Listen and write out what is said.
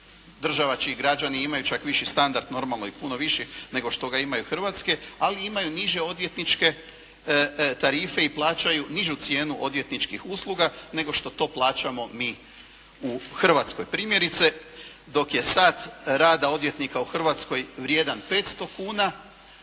država čiji građani imaju čak viši standard i puno viši nego što ga imaju Hrvatske, ali imaju niže odvjetničke tarife i plaćaju nižu cijenu odvjetničkih usluga nego što to plaćamo mi u Hrvatskoj. Primjerice dok je sat rada odvjetnika u Hrvatskoj vrijedan 500 kuna,